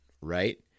right